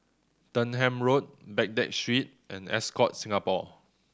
Denham Road Baghdad Street and Ascott Singapore